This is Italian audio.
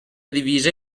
divisa